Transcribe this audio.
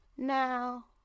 Now